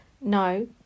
no